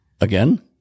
Again